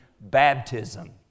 baptism